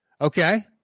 Okay